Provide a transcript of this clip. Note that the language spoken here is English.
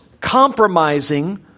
compromising